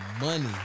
money